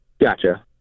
Gotcha